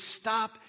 stop